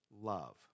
love